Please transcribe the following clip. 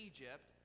Egypt